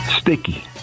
Sticky